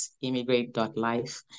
immigrate.life